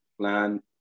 plan